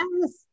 Yes